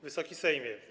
Wysoki Sejmie!